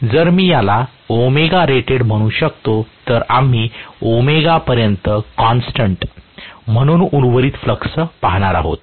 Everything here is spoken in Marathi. जर मी याला ωrated म्हणू शकतो तर आम्ही ω पर्यंत कॉन्स्टन्ट म्हणून उर्वरित फ्लक्स पाहणार आहोत